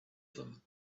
them